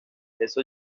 eso